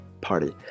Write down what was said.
party